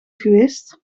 geweest